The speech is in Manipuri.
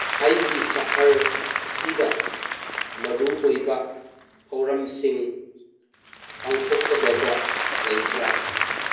ꯑꯩꯒꯤ ꯁꯍꯔ ꯑꯁꯤꯗ ꯃꯔꯨ ꯑꯣꯏꯅ ꯊꯧꯔꯝꯁꯤꯡ ꯄꯥꯡꯊꯣꯛꯀꯗꯕ ꯂꯩꯕ꯭ꯔꯥ